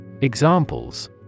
Examples